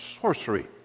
sorcery